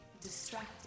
distracted